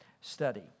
study